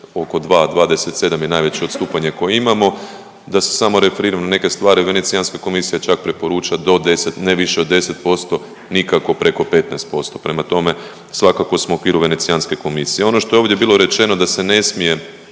oko 2,27 je najveće odstupanje koje imamo. Da se samo referiram na neke stvari, Venecijanska komisija čak preporuča do 10, ne više od 10%, nikako preko 15%. Prema tome svakako smo u okviru Venecijanske komisije. Ono što je ovdje bilo rečeno da se ne smije,